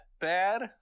bad